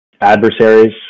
adversaries